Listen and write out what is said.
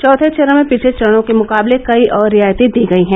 चौथे चरण में पिछले चरणों के मुकाबले कई और रियायतें दी गयी हैं